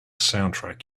soundtrack